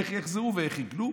איך יחזרו ואיך יגלו,